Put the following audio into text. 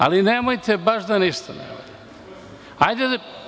Ali, nemojte, baš da ništa ne valja.